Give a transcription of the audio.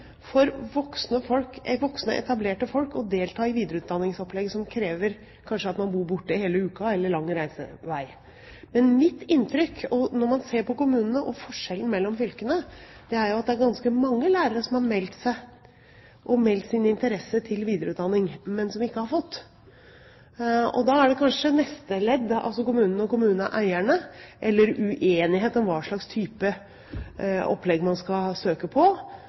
for voksne, etablerte folk å delta i videreutdanningsopplegg som kanskje krever at man bor borte hele uka, eller det er lang reisevei. Men mitt inntrykk, når jeg ser på kommunene og forskjellen mellom fylkene, er at det er ganske mange lærere som har meldt sin interesse til videreutdanning, men som ikke har fått. Da er det kanskje neste ledd – altså kommunene og kommuneeierne, eller uenighet om hva slags type opplegg man skal søke på